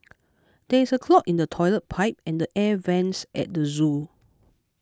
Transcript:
there is a clog in the Toilet Pipe and the Air Vents at the zoo